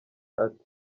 ati